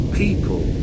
people